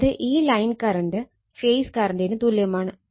അതായത് ഈ line current phase കറണ്ടിന് തുല്യമാണ്